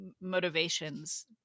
motivations